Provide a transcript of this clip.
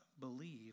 believe